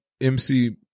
MC